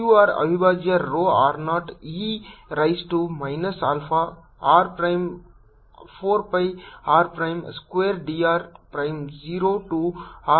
q r ಅವಿಭಾಜ್ಯ rho 0 e raise to minus alpha r prime 4 pi r prime square d r prime 0 to r ಗೆ ಹೋಗುತ್ತದೆ